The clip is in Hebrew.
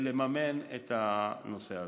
לממן את הנושא הזה.